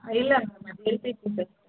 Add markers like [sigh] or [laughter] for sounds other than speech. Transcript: ಹಾಂ ಇಲ್ಲ ಮೇಡಮ್ ಅದು [unintelligible]